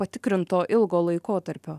patikrinto ilgo laikotarpio